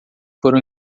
foram